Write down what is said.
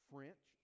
French